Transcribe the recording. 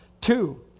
Two